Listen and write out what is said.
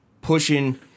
pushing